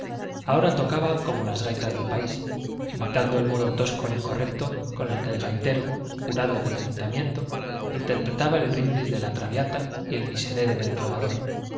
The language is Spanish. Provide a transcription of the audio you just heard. ahora tocaba como las gaitas del país imitando el modo tosco e incorrecto con que el gaitero jurado del ayuntamiento interpretaba el brindis de la traviata y el miserere del trovador